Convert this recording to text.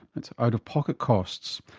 that's out-of-pocket costs.